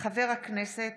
חברי הכנסת